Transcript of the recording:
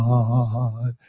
God